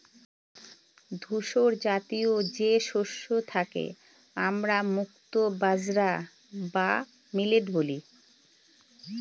ধূসরজাতীয় যে শস্য তাকে আমরা মুক্তো বাজরা বা মিলেট বলি